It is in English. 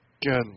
Good